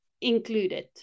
included